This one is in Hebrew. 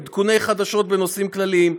עדכוני חדשות בנושאים כלליים,